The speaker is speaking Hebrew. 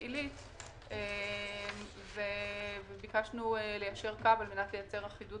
חברות- -- וביקשנו ליישר קו כדי לייצר אחידות